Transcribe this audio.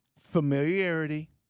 Familiarity